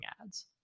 ads